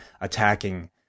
attacking